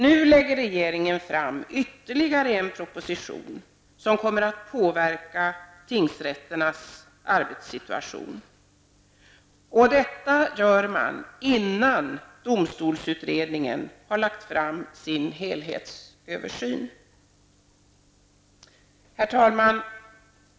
Nu lägger regeringen fram ytterligare en proposition som kommer att påverka tingsrätternas arbetssituation -- och detta innan domstolsutredningen lagt fram sin helhetsöversyn. Herr talman!